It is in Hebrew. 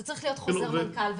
זה צריך להיות חוזר מנכ"ל,